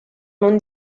non